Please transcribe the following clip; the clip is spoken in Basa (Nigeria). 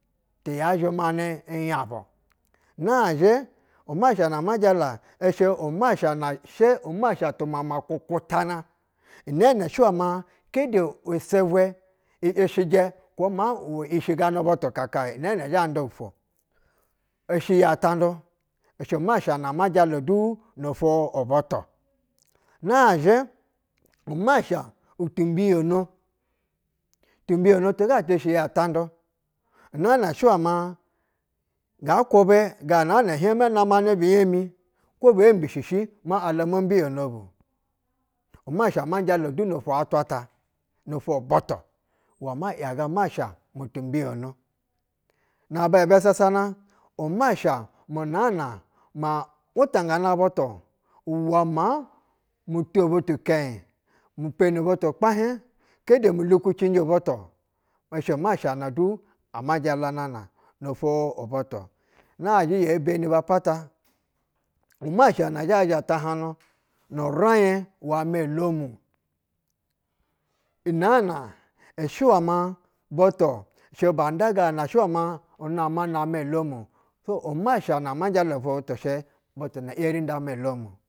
Ti ya zhɛ manɛ i nyabu. Nazhɛ umasha na ama nai ɛhɛ umasha umamakukuta na. nɛɛnɛ keƌe isɛbwɛ i ishijɛ uwɛ ma i ishiganɛ butu kakaye-o nɛɛnɛ zha nda fwu-o ishɛ yi tanƌu ishɛ nɛɛ nɛ ma jala du nofwo u butu nazhɛ umasha u timbiyono. Timbiyono dugu tɛshɛ yi atandu nɛɛ nɛ shɛwɛ ma bakwubɛ ganaa na hiɛmɛ nakanɛ binyami, kwo bee misishi ma ala mo mbiyono bu uma ma jala du nofwo atwa ta nofwo butuluwɛ mau iyaga masha inu tumbiyono. Naba bɛ sasana masha mu naa na ma wutangana butu uwɛ maa muto butu kɛnyi, mi pelli butu kpahiɛɧ, kete mu lukucinji butu-o ishe masha na du ama jalanana nofwo u butu. Nazhɛ ye beni apata umagha na zhɛ zha tahanu no mo. Wa mɛ butu shɛ ba nƌa gina shɛ wɛ ma unama namɛ olomu so umasha na ma jala nofwo butu umasha na yeri nda amɛ oloni.